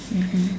mmhmm